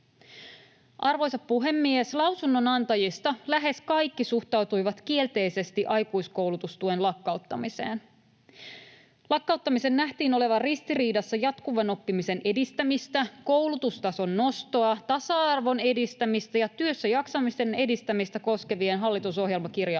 Arvoisa puhemies! Lausunnonantajista lähes kaikki suhtautuivat kielteisesti aikuiskoulutustuen lakkauttamiseen. Lakkauttamisen nähtiin olevan ristiriidassa jatkuvan oppimisen edistämistä, koulutustason nostoa, tasa-arvon edistämistä ja työssä jaksamisen edistämistä koskevien hallitusohjelmakirjausten kanssa.